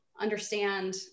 understand